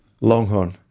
Longhorn